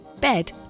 Bed